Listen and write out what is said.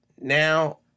Now